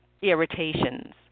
irritations